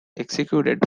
executed